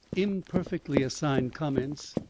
imperfectly assigned comments.